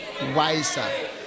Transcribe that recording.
wiser